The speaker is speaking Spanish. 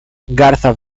garzas